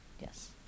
Yes